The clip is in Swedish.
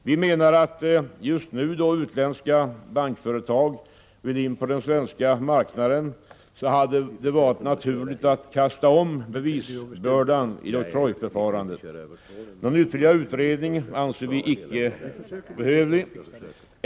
Vi menar att det just nu, då utländska bankföretag vill in på den svenska marknaden, hade varit naturligt att kasta om bevisbördan vid oktrojförfarandet. Någon ytterligare utredning anser vi inte behövlig.